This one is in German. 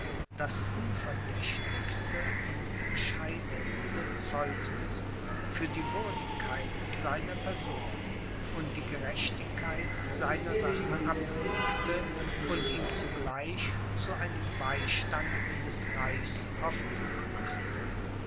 das unverdächtigste und entscheidendste zeugniß für die würdigkeit seiner person und die gerechtigkeit seiner sache ablegte und ihm zugleich zu einem beistande des reichs hoffnung machte